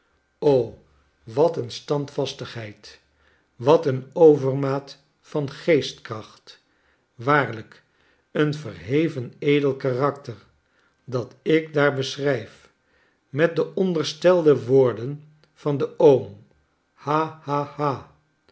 o wat een standvastigheid wat een overmaat van geestkracht waarlijk een verheven edel karakter dat ik daar beschrijf met de onderstelde woorden van den oom ha